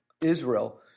Israel